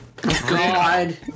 god